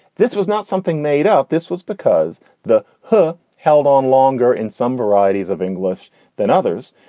this was not something made up. this was because the hood held on longer in some varieties of english than others.